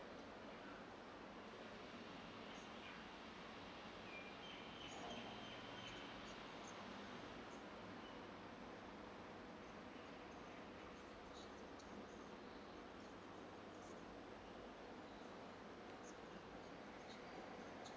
so